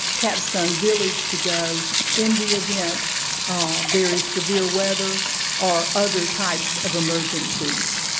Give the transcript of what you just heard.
capstone village, to go in the event there is severe weather or other types of emergencies.